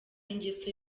ingeso